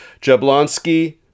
Jablonski